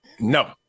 No